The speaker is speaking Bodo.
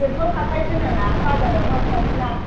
बेंटल हाथाइ होनो ना बाजार न' खाथिना